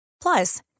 Plus